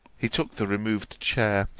he took the removed chair,